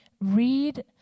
read